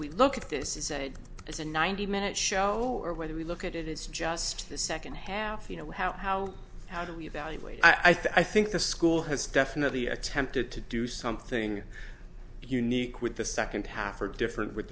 we look at this is a as a ninety minute show or whether we look at it it's just the second half you know how how do we evaluate i think the school has definitely attempted to do something unique with the second half or different with